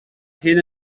hyn